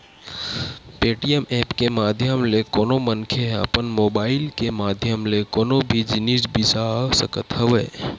Paytm app के माधियम ले कोनो मनखे ह अपन मुबाइल के माधियम ले कोनो भी जिनिस बिसा सकत हवय